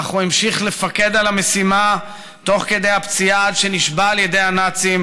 אך המשיך לפקד על המשימה תוך כדי הפציעה עד שנשבה על ידי הנאצים,